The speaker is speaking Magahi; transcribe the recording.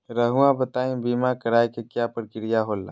रहुआ बताइं बीमा कराए के क्या प्रक्रिया होला?